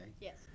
Yes